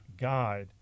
guide